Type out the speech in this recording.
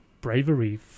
bravery